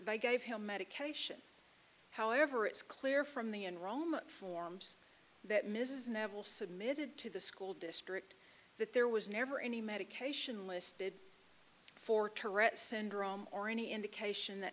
they gave him medication however it's clear from the enrollment forms that mrs nevill submitted to the school district that there was never any medication listed for tourette's syndrome or any indication that